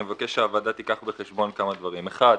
אני מבקש שהוועדה תיקח בחשבון כמה דברים: אחת,